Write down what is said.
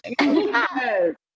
Yes